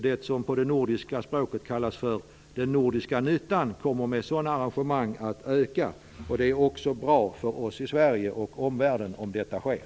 Det som på det nordiska språket kallas för den nordiska nyttan kommer med sådana arrangemang att öka. Det är också bra för oss i Sverige och omvärlden om detta sker.